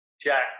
Jack